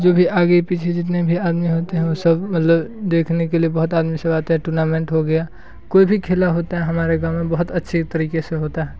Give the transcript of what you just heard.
जो भी आगे पीछे जितने भी आदमी होते हैं वो सब मतलब देखने के लिए बहुत आदमी सब आते हैं टूर्नामेंट हो गया कोई भी खेल होता है हमारे गाँव में बहुत अच्छे तरीक़े से होता है